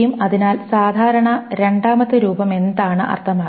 അതിനാൽ രണ്ടാമത്തെ സാധാരണ രൂപം എന്താണ് അർത്ഥമാക്കുന്നത്